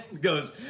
goes